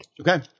Okay